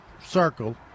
circle